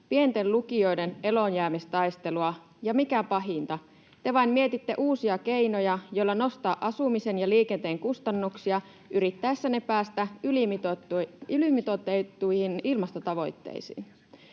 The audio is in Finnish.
pienten lukioiden eloonjäämistaistelua, ja, mikä pahinta, te vain mietitte uusia keinoja, joilla nostaa asumisen ja liikenteen kustannuksia yrittäessänne päästä ylimitoitettuihin ilmastotavoitteisiin.